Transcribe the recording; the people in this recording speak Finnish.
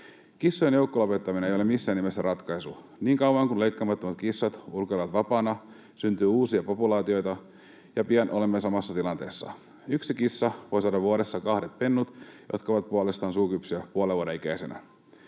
Kissojen joukkolopettaminen ei ole missään nimessä ratkaisu. Niin kauan kuin leikkaamattomat kissat ulkoilevat vapaana, syntyy uusia populaatioita, ja pian olemme samassa tilanteessa. Yksi kissa voi saada vuodessa kahdet pennut, jotka ovat puolestaan sukukypsiä puolen vuoden ikäisinä.